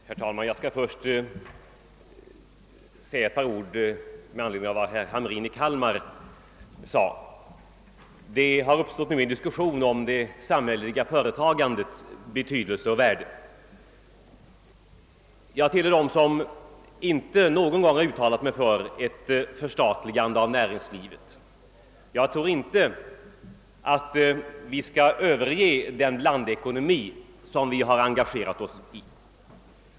Herr talman! Jag skall först säga ett par ord med anledning av herr Hamrins i Kalmar anförande. Det har uppstått diskussion om det samhälleliga företagandets betydelse och värde. Jag har aldrig uttalat mig för ett förstatligande av näringslivet. Jag tror inte att vi skall överge den blandekonomi som vi har engagerat oss i.